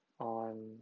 on